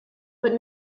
but